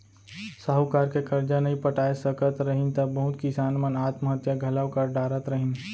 साहूकार के करजा नइ पटाय सकत रहिन त बहुत किसान मन आत्म हत्या घलौ कर डारत रहिन